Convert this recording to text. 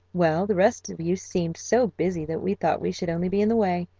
well, the rest of you seemed so busy that we thought we should only be in the way,